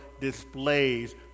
displays